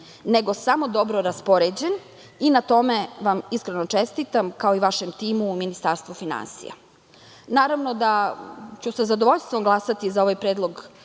nego samo dobro raspoređen i na tome vam iskreno čestitam kao i vašem timu u Ministarstvu finansija. Naravno, da ću sa zadovoljstvom glasati za ovaj predlog